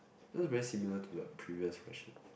that's very similar to the previous question